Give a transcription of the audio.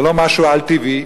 זה לא משהו על-טבעי,